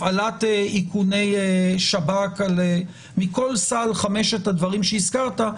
הפעלת איכוני שב"כ וכל חמשת הדברים שהזכרת,